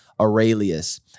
Aurelius